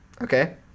Okay